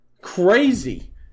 crazy